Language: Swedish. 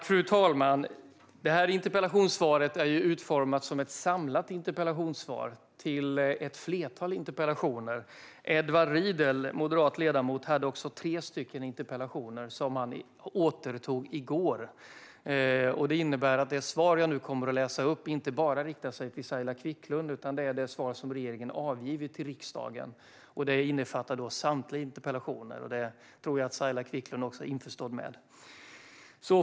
Fru talman! Det här interpellationssvaret är utformat som ett samlat svar på ett flertal interpellationer. Edward Riedl, moderat ledamot, hade ju tre interpellationer som han återtog i går. Detta innebär att det svar jag nu kommer att läsa upp inte bara riktar sig till Saila Quicklund, utan det är det svar som regeringen avgivit till riksdagen, och det innefattar samtliga interpellationer. Det tror jag att också Saila Quicklund är införstådd med.